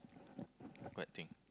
what thing